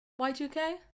y2k